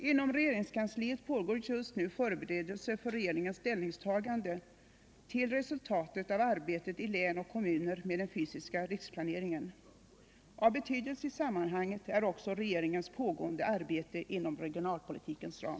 Inom regeringskansliet pågår just nu förberedelser för regeringens ställningstaganden till resultatet av arbetet i län och kommuner med den fysiska riksplaneringen. Av betydelse i sammanhanget är också regeringens pågående arbete inom regionalpolitikens ram.